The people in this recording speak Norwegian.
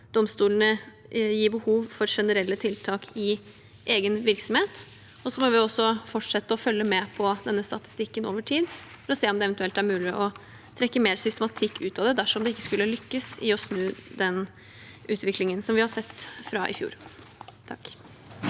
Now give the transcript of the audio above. domstolene gir behov for generelle tiltak i egen virksomhet. Så får vi fortsette å følge med på denne statistikken over tid, for å se om det eventuelt er mulig å trekke mer systematikk ut av det dersom de ikke skulle lykkes i å snu den utviklingen vi har sett fra i fjor. Mari